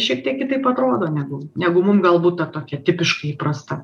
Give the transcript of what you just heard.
šiek tiek kitaip atrodo negu negu mum galbūt ta tokia tipiškai įprasta